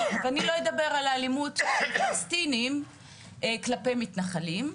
אני לא אדבר על אלימות פלסטינים כלפי מתנחלים,